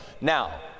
Now